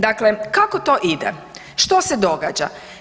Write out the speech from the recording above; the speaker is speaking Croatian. Dakle, kako to ide, što se događa?